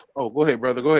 oh boy, hey brother, go